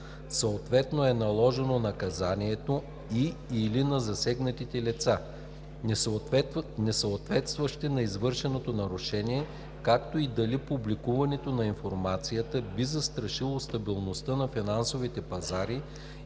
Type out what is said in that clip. съответно е наложено наказанието, и/или на засегнатите лица, несъответстващи на извършеното нарушение, както и дали публикуването на информацията би застрашило стабилността на финансовите пазари